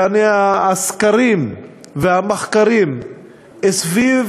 שהסקרים והמחקרים סביב